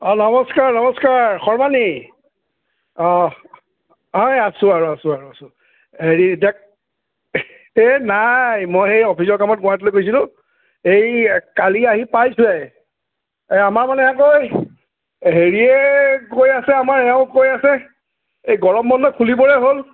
অঁ নমস্কাৰ নমস্কাৰ শৰ্মানী অঁ হয় আছোঁ আৰু আছোঁ আৰু আছোঁ হেৰি দেক এই নাই মই এই অফিচৰ কামত গুৱাহাটীলৈ গৈছিলোঁ এই কালি আহি পাইছোঁহে এই আমাৰ মানে আকৌ এ হেৰিয়ে কৈ আছে আমাৰ এওঁ কৈ আছে এ গৰম বন্ধ খুলিবৰে হ'ল